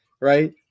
right